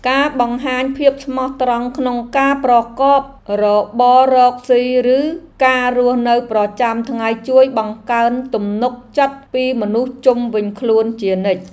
ការបង្ហាញភាពស្មោះត្រង់ក្នុងការប្រកបរបររកស៊ីឬការរស់នៅប្រចាំថ្ងៃជួយបង្កើនទំនុកចិត្តពីមនុស្សជុំវិញខ្លួនជានិច្ច។